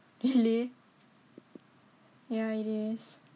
really ya it is